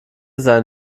seinen